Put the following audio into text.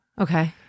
Okay